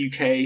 UK